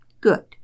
good